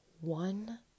one